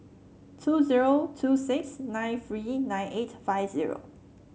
two zero two six nine three nine eight five zero